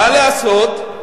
מה לעשות?